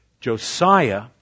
Josiah